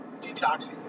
Detoxing